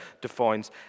defines